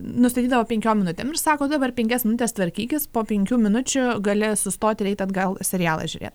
nustatydavo penkiom minutėm ir sako tu dabar penkias minutes tvarkykis po penkių minučių gali sustot ir eit atgal serialą žiūrėt